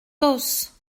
tosse